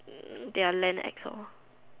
their land ex lor